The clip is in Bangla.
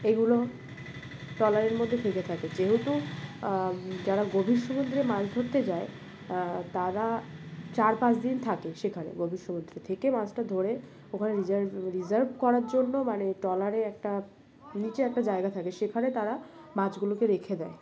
এগুলো ট্রলারের মধ্যে থেকে থাকে যেহেতু যারা গভীর সমুদ্রে মাছ ধরতে যায় তারা চার পাঁচ দিন থাকে সেখানে গভীর সমুদ্রে থেকে মাছটা ধরে ওখানে রিজার্ভ রিজার্ভ করার জন্য মানে ট্রলারে একটা নিচে একটা জায়গা থাকে সেখানে তারা মাছগুলোকে রেখে দেয়